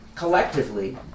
Collectively